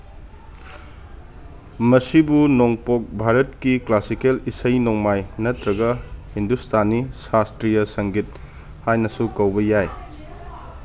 ꯃꯁꯤꯕꯨ ꯅꯣꯡꯄꯣꯛ ꯚꯥꯔꯠꯀꯤ ꯀ꯭ꯂꯥꯁꯤꯀꯦꯜ ꯏꯁꯩ ꯅꯣꯡꯃꯥꯏ ꯅꯠꯇ꯭ꯔꯒ ꯍꯤꯟꯗꯨꯁꯇꯥꯅꯤ ꯁꯥꯁꯇ꯭ꯔꯤꯌꯥ ꯁꯪꯒꯤꯠ ꯍꯥꯏꯅꯁꯨ ꯀꯧꯕ ꯌꯥꯏ